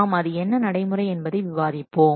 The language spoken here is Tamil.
நாம் அது என்ன நடைமுறை என்பதை விவாதிப்போம்